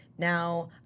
Now